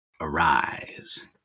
Arise